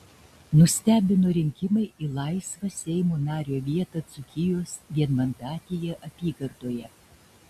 nustebino rinkimai į laisvą seimo nario vietą dzūkijos vienmandatėje apygardoje